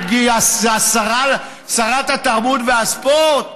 את שרת התרבות והספורט?